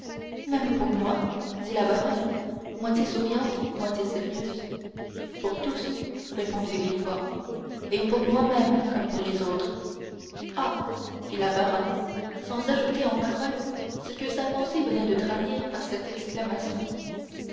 même pour moi dit la baronne moitié souriante moitié sérieuse pour tous répondit villefort et pour moi-même comme pour les autres ah fit la baronne sans ajouter en paroles ce que sa pensée venait de trahir par cette exclamation